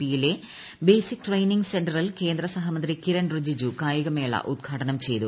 P യിലെ basic training സെന്ററിൽ കേന്ദ്ര സഹമന്ത്രി കിരൺ റിജിജു കായികമേള ഉദ്ഘാടം ചെയ്തു